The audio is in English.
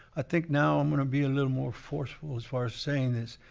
i think now i'm gonna be a little more forceful as far as saying this.